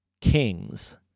Kings